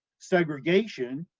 segregation,